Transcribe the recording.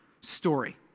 story